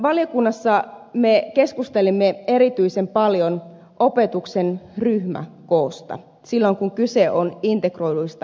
valiokunnassa me keskustelimme erityisen paljon opetuksen ryhmäkoosta silloin kun kyse on integroiduista oppilaista